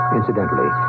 incidentally